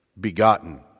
begotten